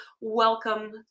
Welcome